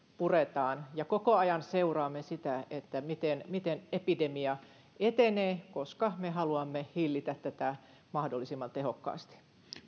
puretaan ja koko ajan seuraamme sitä miten miten epidemia etenee koska me haluamme hillitä tätä mahdollisimman tehokkaasti